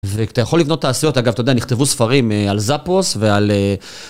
ואתה יכול לבנות תעשיות, אגב, אתה יודע, נכתבו ספרים על זאפוס ועל...